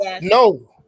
no